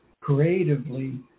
creatively